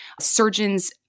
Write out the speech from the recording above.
surgeons